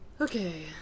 Okay